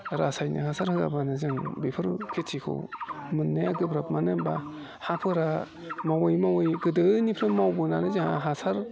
रासायनिक हासार होआबानो जों बेफोर खेतिखौ मोननाया गोब्राब मानो होम्बा हाफोरा मावै मावै गोदोनिफ्रायनो मावबोनानै जोंहा हासार